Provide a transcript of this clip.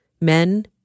men